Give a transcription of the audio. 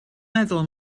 meddwl